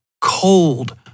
cold